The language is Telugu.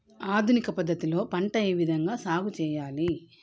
ఆధునిక పద్ధతి లో పంట ఏ విధంగా సాగు చేయాలి?